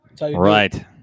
Right